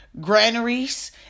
granaries